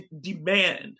demand